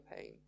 pain